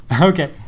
Okay